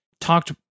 talked